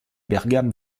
bergam